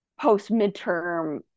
post-midterm